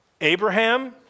Abraham